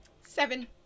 Seven